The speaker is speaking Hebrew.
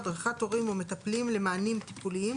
הדרכת הורים או מטפלים למענים טיפוליים,